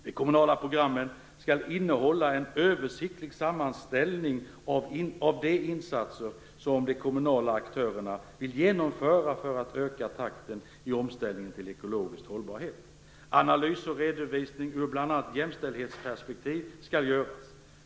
De kommunala programmen skall innehålla en översiktlig sammanställning av de insatser som de kommunala aktörerna vill genomföra för att öka takten i omställningen till ekologisk hållbarhet. Analys och redovisning ur bl.a. jämställdhetsperspektiv skall göras.